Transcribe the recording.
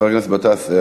חבר הכנסת גטאס,